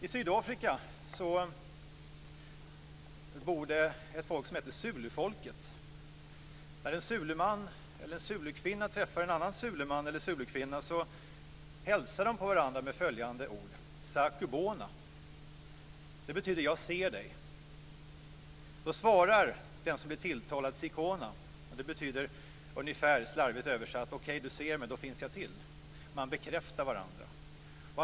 I Sydafrika bor zulufolket. När en zuluman eller zulukvinna träffar en annan zuluman eller zulukvinna hälsar de på varande med följande ord: "Zaku Bona." Det betyder: "Jag ser dig." Då svarar den som blir tilltalad: "Zikhona." Det betyder, slarvigt översatt: "Okej, du ser mig. Då finns jag till." Man bekräftar varandra.